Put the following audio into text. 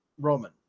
Roman